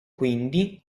quindi